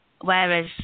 Whereas